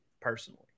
personally